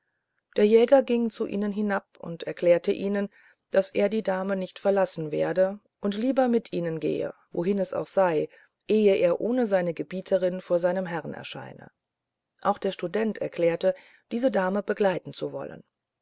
der jäger ging zu ihnen hinab und erklärte ihnen daß er die dame nicht verlassen werde und lieber mit ihnen gehe wohin es auch sei ehe er ohne seine gebieterin vor seinem herrn erschiene auch der student erklärte diese dame begleiten zu wollen